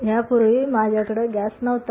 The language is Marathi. यापूर्वी माझ्याकडे गॅस नव्हता